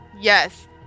Yes